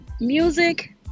Music